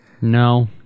No